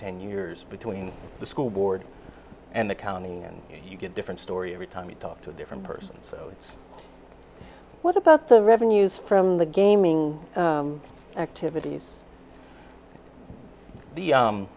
ten years between the school board and the county and you get different story every time you talk to a different person so what about the revenues from the gaming activities th